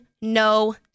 no